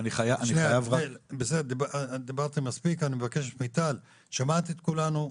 רק --- דיברתם מספיק, מיטל, שמעת את כולנו,